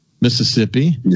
Mississippi